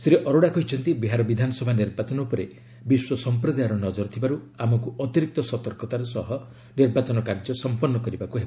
ଶ୍ରୀ ଅରୋଡା କହିଛନ୍ତି ବିହାର ବିଧାନସଭା ନିର୍ବାଚନ ଉପରେ ବିଶ୍ୱ ସମ୍ପ୍ରଦାୟର ନଜର ଥିବାରୁ ଆମକୁ ଅତିରିକ୍ତ ସତର୍କତାର ସହ ନିର୍ବାଚନ କାର୍ଯ୍ୟ ସମ୍ପନ୍ନ କରିବାକୁ ହେବ